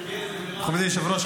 מכובדי היושב-ראש,